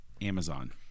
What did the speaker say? Amazon